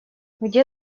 где